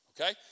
Okay